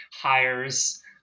hires